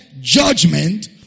judgment